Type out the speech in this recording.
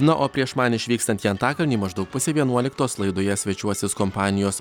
na o prieš man išvykstant į antakalnį maždaug pusę vienuoliktos laidoje svečiuosis kompanijos